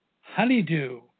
Honeydew